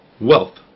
wealth